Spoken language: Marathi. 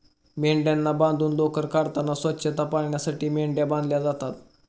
मेंढ्यांना बांधून लोकर काढताना स्वच्छता पाळण्यासाठी मेंढ्या बांधल्या जातात